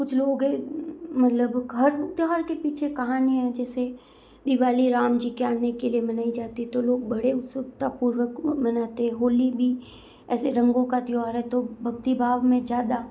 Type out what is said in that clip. कुछ लोग है मतलब हर त्योहार के पीछे कहानी है जैसे दिवाली राम जी के आने के लिए मनाई जाती है तो लोग बड़े उत्सुकतापूर्वक मनाते है होली भी ऐसे रंगों का त्योहार है तो भक्ति भाव में ज़्यादा